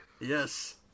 Yes